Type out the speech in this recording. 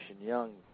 Young